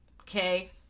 okay